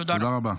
תודה.